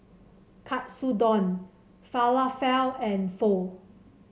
Katsudon Falafel and Pho